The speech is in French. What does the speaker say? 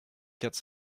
quatre